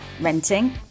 renting